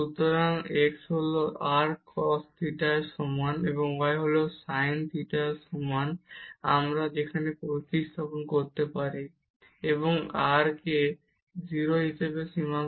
সুতরাং x হল r cos theta এর সমান এবং y হল r sin theta এর সমান আমরা সেখানে প্রতিস্থাপন করতে পারি এবং r কে 0 হিসাবে সীমা নিতে পারি